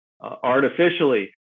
artificially